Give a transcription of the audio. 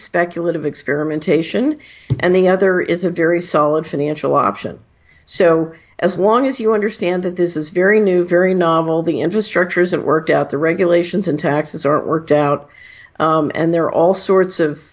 speculative experimentation and the other is a very solid financial option so as long as you understand that this is very new very novel the infrastructure isn't worked out the regulations and taxes are worked out and there are all sorts of